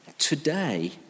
today